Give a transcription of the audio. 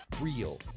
real